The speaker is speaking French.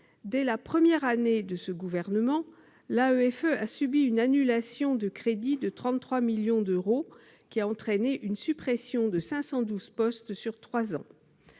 dès la première année de ce gouvernement, l'AEFE a subi une annulation de crédits de 33 millions d'euros qui a entraîné la suppression de 512 postes sur trois ans.